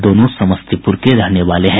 दोनों समस्तीपुर के रहने वाले हैं